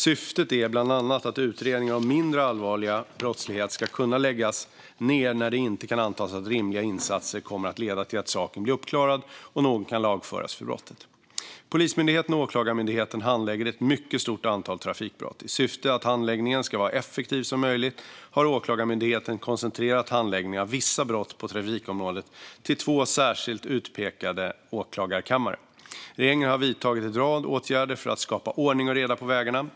Syftet är bland annat att utredningar om mindre allvarlig brottlighet ska kunna läggas ned när det inte kan antas att rimliga insatser kommer att leda till att saken blir uppklarad och någon kan lagföras för brottet. Polismyndigheten och Åklagarmyndigheten handlägger ett mycket stort antal trafikbrott. I syfte att handläggningen ska vara så effektiv som möjligt har Åklagarmyndigheten koncentrerat handläggningen av vissa brott på trafikområdet till två särskilt utpekade åklagarkammare. Regeringen har vidtagit en rad åtgärder för att skapa ordning och reda på vägarna.